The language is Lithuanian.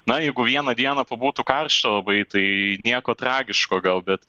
na jeigu vieną dieną pabūtų karšta labai tai nieko tragiško gal bet